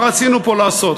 מה רצינו פה לעשות?